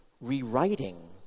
rewriting